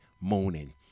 morning